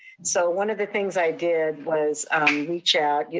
so one of the things i did was reach out.